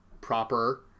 proper